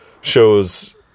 shows